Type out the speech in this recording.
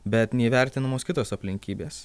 bet neįvertinamos kitos aplinkybės